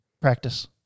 Practice